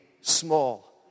small